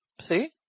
See